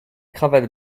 cravates